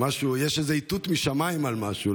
יש איזה איתות משמיים על משהו.